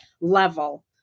level